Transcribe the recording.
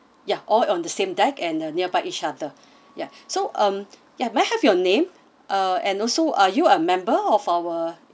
ya all on the same deck and uh nearby each other ya so um ya may I have your name uh and also are you a member of our